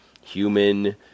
human